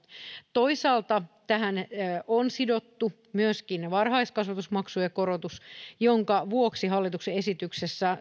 toisaalta tähän on sidottu myöskin varhaiskasvatusmaksujen korotus minkä vuoksi hallituksen esityksessä